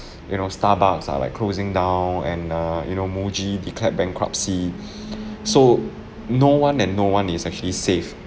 you know Starbucks are like closing down and err you know Muji declared bankruptcy so no one and no one is actually safe